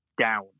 down